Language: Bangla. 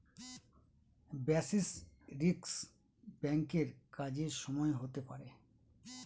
বেসিস রিস্ক ব্যাঙ্কের কাজের সময় হতে পারে